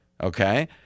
Okay